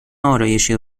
آرایشی